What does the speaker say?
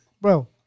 Bro